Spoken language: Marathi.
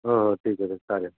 हो हो ठीक आहे चालेल